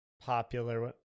popular